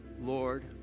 Lord